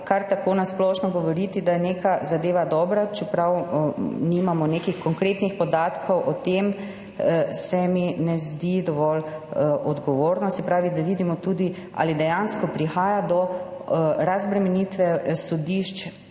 Kar tako na splošno govoriti, da je neka zadeva dobra, čeprav nimamo nekih konkretnih podatkov o tem, se mi ne zdi dovolj odgovorno. Se pravi, da vidimo tudi, ali dejansko prihaja do razbremenitve sodišč